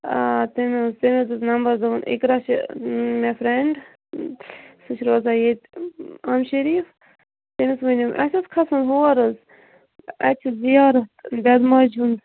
آ تٔمۍ حظ تٔمۍ حظ دیُت نَمبر دوٚپُن اِقرا چھِ مےٚ فرٛینٛڈ سُہ چھِ روزان ییٚتہِ عم شریٖف تٔمِس ؤنِو اَسہِ حظ کھَسُن ہور حظ اَسہِ چھِ زِیارت دیدٕ ماجہِ ہُنٛد ہُنٛد